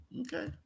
Okay